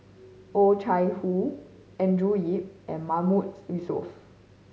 Oh Chai Hoo Andrew Yip and Mahmood Yusof